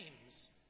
names